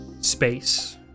space